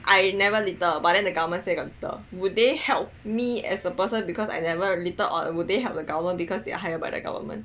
I never litter but then the government say I got litter would they help me as a person because I never litter or would they help the government because they are hired by the government